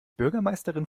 bürgermeisterin